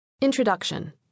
Introduction